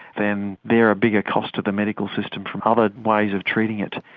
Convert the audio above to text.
then there are bigger cost to the medical system from other ways of treating it.